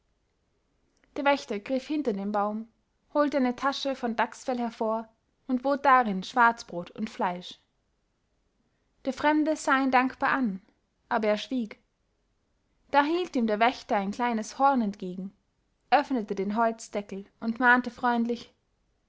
der wächter griff hinter den baum holte eine tasche von dachsfell hervor und bot darin schwarzbrot und fleisch der fremde sah ihn dankbar an aber er schwieg da hielt ihm der wächter ein kleines horn entgegen öffnete den holzdeckel und mahnte freundlich